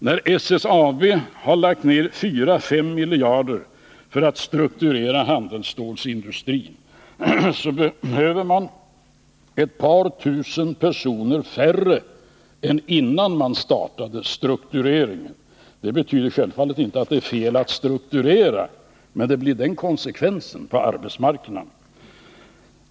När SSAB har lagt ner 4-5 miljarder på att strukturera handelsstålsindustrin, behöver man ett par tusen personer färre än innan man startade struktureringen. Det betyder självfallet inte att det var fel att strukturera, men det får den konsekvensen på arbetsmarknaden.